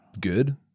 good